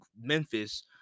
Memphis